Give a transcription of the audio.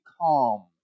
calm